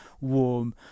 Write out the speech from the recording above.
warm